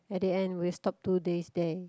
at the end we will stop two days there